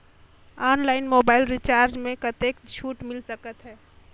Online mobile recharge मे कतेक छूट मिल सकत हे?